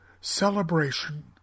celebration